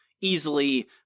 easily